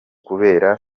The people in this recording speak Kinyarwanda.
kubera